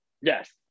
yes